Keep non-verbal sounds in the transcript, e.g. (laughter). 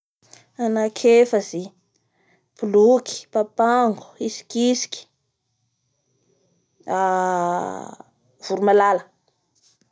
Anaky efatsy boloky, papango, tsitsikitsiky (hesitation) voromalala.